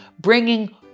bringing